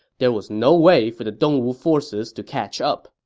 there was no way for the dongwu forces to catch up.